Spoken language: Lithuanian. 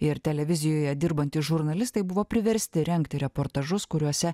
ir televizijoje dirbantys žurnalistai buvo priversti rengti reportažus kuriuose